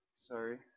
Sorry